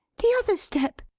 the other step,